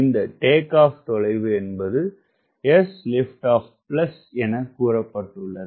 இந்த take off தொலைவு என்பது sLO எனக் கூறப்பட்டுள்ளது